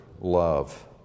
love